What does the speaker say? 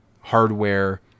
hardware